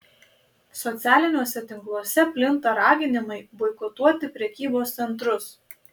socialiniuose tinkluose plinta raginimai boikotuoti prekybos centrus